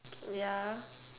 ya